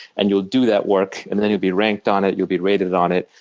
and you'll do that work. and then you'll be ranked on it, you'll be rated on it.